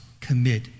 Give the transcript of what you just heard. commit